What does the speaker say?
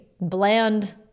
bland